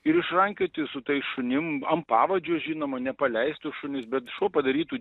ir išrankioti su tais šunim ant pavadžio žinoma nepaleistų šunys bet šuo padarytų